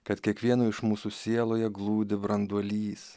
kad kiekvieno iš mūsų sieloje glūdi branduolys